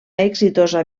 exitosa